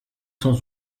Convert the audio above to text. sans